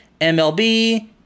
MLB